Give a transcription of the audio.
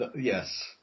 Yes